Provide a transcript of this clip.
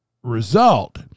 Result